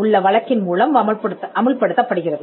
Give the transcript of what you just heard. உள்ள வழக்கின் மூலம் அமல்படுத்தப்படுகிறது